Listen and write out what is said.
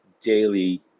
daily